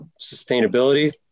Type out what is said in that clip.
sustainability